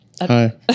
Hi